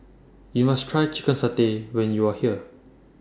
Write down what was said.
YOU must Try Chicken Satay when YOU Are here